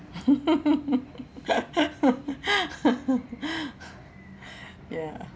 ya